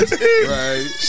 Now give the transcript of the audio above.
right